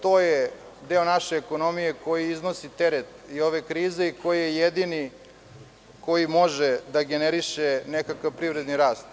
To je deo naše ekonomije koji iznosi teret ove krize i on je jedini koji može da generiše nekakav privredni rast.